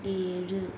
ഏഴ്